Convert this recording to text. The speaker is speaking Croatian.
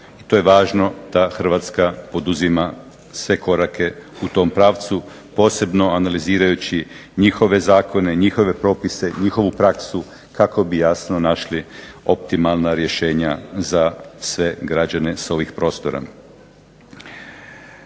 i to je važno da Hrvatska poduzima sve korake u tom pravcu, posebno analizirajući njihove zakone, njihove propise, njihovu praksu kako bi jasno našli optimalna rješenja za sve građane s ovih prostora.